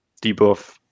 debuff